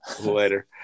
later